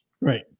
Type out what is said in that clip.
Right